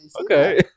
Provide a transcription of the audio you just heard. Okay